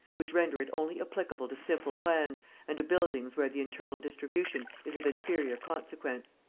which render it only applicable to simple plans and to buildings where the internal distribution is of inferior consequence.